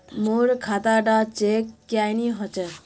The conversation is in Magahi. मोर खाता डा चेक क्यानी होचए?